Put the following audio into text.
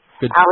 good